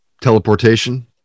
Teleportation